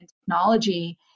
technology